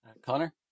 Connor